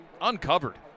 Uncovered